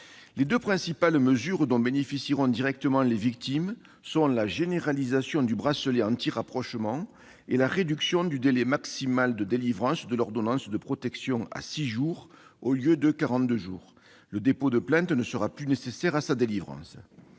Les deux principales mesures dont bénéficieront directement les victimes sont la généralisation du bracelet anti-rapprochement et la réduction du délai maximal de délivrance de l'ordonnance de protection à six jours au lieu de quarante-deux jours. Le dépôt de plainte ne sera plus nécessaire à sa délivrance.